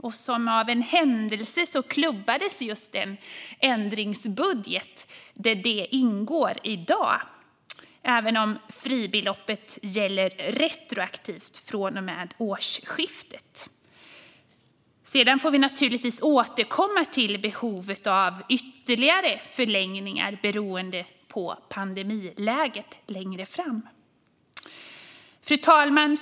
Och som av en händelse klubbades just den ändringsbudget där detta ingår i dag - även om fribeloppet gäller retroaktivt från och med årsskiftet. Vi får givetvis återkomma till behovet av ytterligare förlängningar beroende på pandemiläget längre fram. Fru talman!